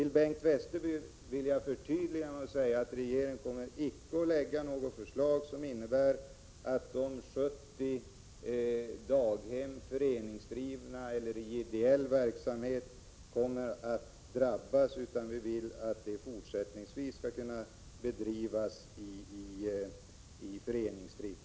För Bengt Westerberg vill jag göra ett förtydligande och säga att regeringen icke kommer att lägga fram något förslag, som innebär att de 70 daghemmen, föreningsdrivna eller i ideell verksamhet, drabbas, utan vi vill att de fortsättningsvis skall bedrivas i föreningsform.